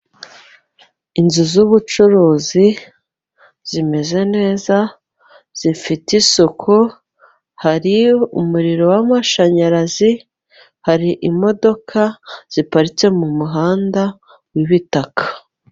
Inzu z'ubucuruzi zimeze neza, zifite isuku, hari umuriro w'amashanyarazi, hari imodoka ziparitse mu muhanda w'ibitaka.